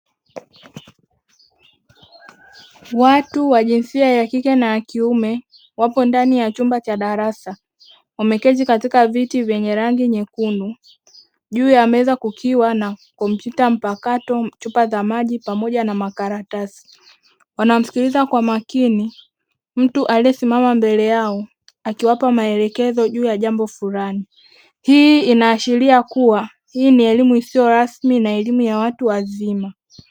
Watu wa jinsia ya kike na wa kiume wapo ndani ya chumba cha darasa wameketi katika viti vyenye rangi nyekundu, juu ya meza kukiwa na kompyuta mpakato chupa za maji pamoja na makaratasi, wanamsikiliza kwa makini mtu aliyesimama mbele yao akiwapa maelekezo juu ya jambo fulani, hii inaashiria kuwa hii ni elimu isiyo rasmi na elimu ya watu wazima.